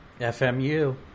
fmu